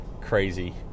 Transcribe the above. crazy